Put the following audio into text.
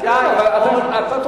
אתה יכול, מה זה קשור?